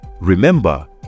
Remember